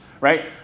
Right